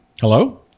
hello